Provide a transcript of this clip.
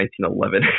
1911